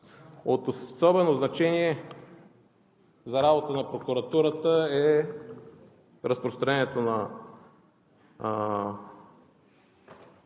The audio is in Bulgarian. От особено значение за работата на прокуратурата е разпространението на